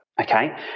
Okay